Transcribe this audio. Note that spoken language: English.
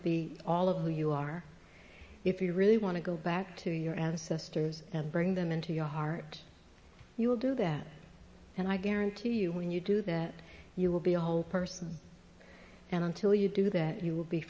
be all of who you are if you really want to go back to your as sisters and bring them into your heart you will do that and i guarantee you when you do that you will be a whole person and until you do that you will be